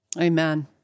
Amen